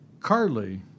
Carly